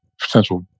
potential